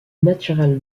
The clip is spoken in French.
natural